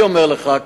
אני אומר לך,